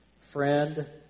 Friend